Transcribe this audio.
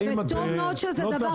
וטוב מאוד שהוא נידון.